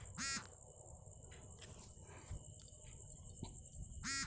আমি পড়াশোনার জন্য কিভাবে লোন পাব?